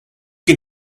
can